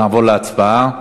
נעבור להצבעה.